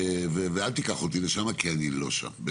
ואל תיקח אותי לשם כי אני לא שם.